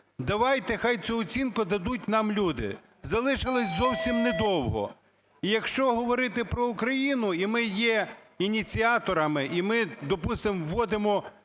Давайте, хай цю оцінку дадуть нам люди, залишилось зовсім недовго. І, якщо говорити про Україну, і ми є ініціаторами, і ми, допустимо, вводимо